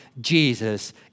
Jesus